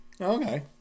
Okay